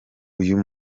uyu